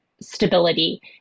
stability